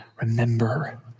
remember